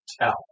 tell